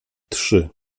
trzy